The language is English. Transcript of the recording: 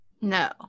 No